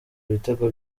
ibitego